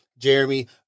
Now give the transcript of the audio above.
jeremy